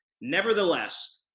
nevertheless